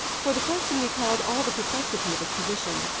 for the question recalled all the perplexity of his position.